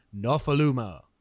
nofaluma